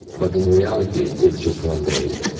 but in reality it's just one day,